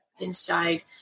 inside